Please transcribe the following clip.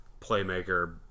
playmaker